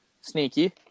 Sneaky